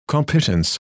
Competence